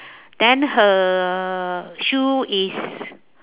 then her shoe is